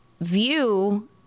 view